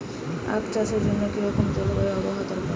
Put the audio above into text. আখ চাষের জন্য কি রকম জলবায়ু ও আবহাওয়া দরকার?